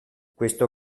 questo